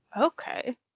Okay